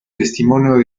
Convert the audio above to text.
testimonio